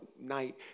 night